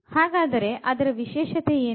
ಹಾಗಾದರೆ ಅದರ ವಿಶೇಷತೆ ಏನು